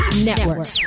Network